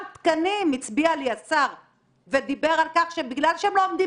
תקנים הצביע לי השר ודיבר על כך שבגלל שהם לא עומדים